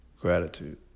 gratitude